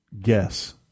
guess